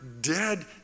dead